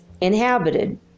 inhabited